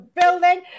building